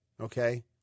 Okay